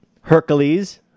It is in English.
Hercules